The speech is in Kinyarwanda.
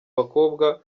bakobwa